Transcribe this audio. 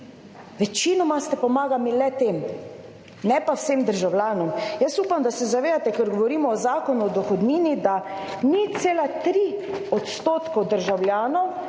večinoma ste pomagali le tem, ne pa vsem državljanom. Jaz upam, da se zavedate, ker govorimo o Zakonu o dohodnini, da 0,3 % državljanov